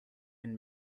and